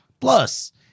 Plus